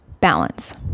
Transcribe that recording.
balance